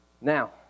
Now